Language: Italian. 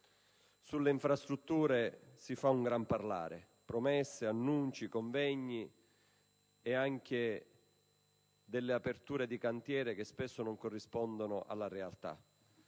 Sulle infrastrutture si fa un gran parlare: promesse, annunci, convegni ed anche aperture di cantiere che spesso non corrispondono alla realtà.